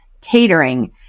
Catering